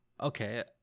Okay